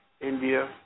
India